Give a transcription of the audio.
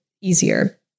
easier